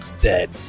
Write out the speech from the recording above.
dead